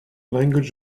language